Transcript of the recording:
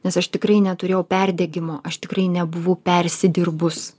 nes aš tikrai neturėjau perdegimo aš tikrai nebuvau persidirbus